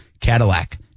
Cadillac